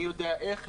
מי יודע איך,